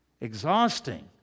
Exhausting